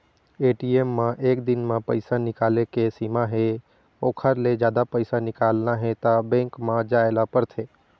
ATM म एक दिन म पइसा निकाले के सीमा हे ओखर ले जादा पइसा निकालना हे त बेंक म जाए ल परथे